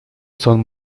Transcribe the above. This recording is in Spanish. son